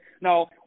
No